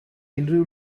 unrhyw